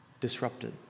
disrupted